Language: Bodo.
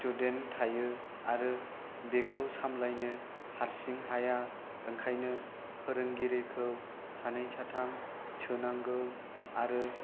स्टुडेन्ट थायो आरो बेखौ सामब्लायनो हारसिं हाया ओंखायनो फोरोंगिरिखौ सानै साथाम सोनांगौ आरो